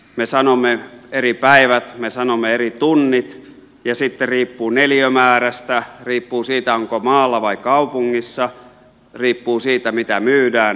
me sanomme eri päivät me sanomme eri tunnit ja sitten riippuu neliömäärästä riippuu siitä onko maalla vai kaupungissa riippuu siitä mitä myydään ja niin edelleen